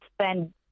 spend